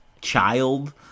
child